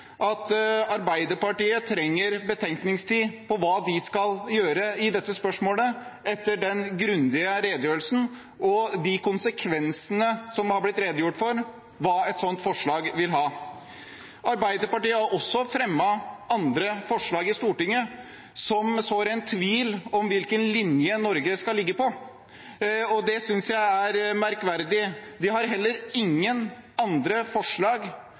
at Arbeiderpartiet trenger betenkningstid på hva de skal gjøre i dette spørsmålet, etter den grundige redegjørelsen og ut fra de konsekvensene som det har blitt redegjort for at et slikt forslag vil ha. Arbeiderpartiet har også fremmet andre forslag i Stortinget som sår tvil om hvilken linje Norge skal legge seg på, og det synes jeg er merkverdig. De har heller ingen andre forslag